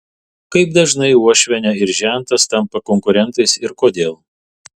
kaip dažnai uošvienė ir žentas tampa konkurentais ir kodėl